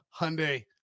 Hyundai